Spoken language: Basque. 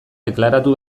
deklaratu